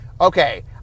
Okay